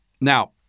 Now